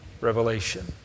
revelation